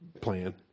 plan